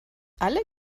alle